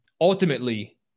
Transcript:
ultimately